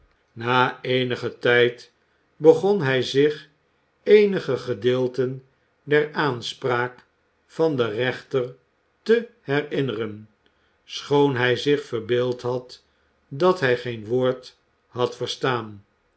na eenigen tijd begon hij zich eenige gedeelten der aanspraak van den rechter te herinneren schoon hij zich verbeeld had dat hij geen woord had verstaan